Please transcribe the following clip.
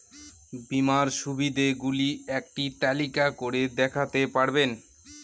বীমার সুবিধে গুলি একটি তালিকা করে দেখাতে পারবেন?